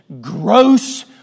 gross